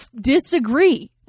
disagree